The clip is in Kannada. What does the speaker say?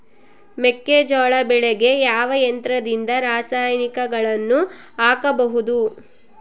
ಮೆಕ್ಕೆಜೋಳ ಬೆಳೆಗೆ ಯಾವ ಯಂತ್ರದಿಂದ ರಾಸಾಯನಿಕಗಳನ್ನು ಹಾಕಬಹುದು?